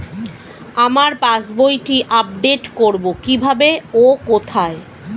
আমার পাস বইটি আপ্ডেট কোরবো কীভাবে ও কোথায়?